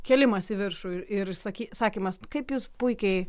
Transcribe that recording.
kėlimas į viršų ir ir išsaky sakymas kaip jūs puikiai